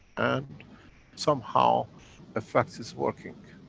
and somehow affects its working.